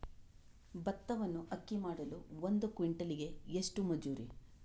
ಭತ್ತವನ್ನು ಅಕ್ಕಿ ಮಾಡಲು ಒಂದು ಕ್ವಿಂಟಾಲಿಗೆ ಎಷ್ಟು ಮಜೂರಿ?